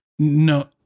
no